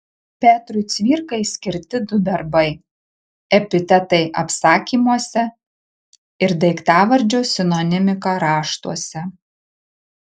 petrui cvirkai skirti du darbai epitetai apsakymuose ir daiktavardžio sinonimika raštuose